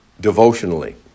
devotionally